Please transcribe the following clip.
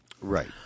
Right